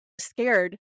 scared